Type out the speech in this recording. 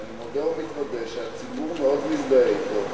שאני מודה ומתוודה שהציבור מאוד מזדהה אתו,